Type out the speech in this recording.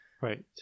right